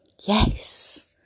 yes